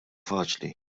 faċli